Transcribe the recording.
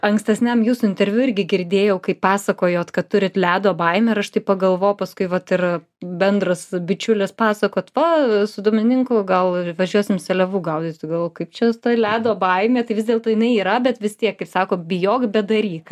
ankstesniam jūsų interviu irgi girdėjau kaip pasakojot kad turit ledo baimę ir aš taip pagalvojau paskui vat ir bendras bičiulis pasakot vat su domininku gal ir važiuosim seliavų gaudyti gal kaip čia ta ledo baimė tai vis dėlto jinai yra bet vis tiek ir sako bijok bedaryk